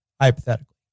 hypothetical